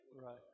Right